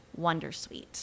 Wondersuite